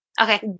Okay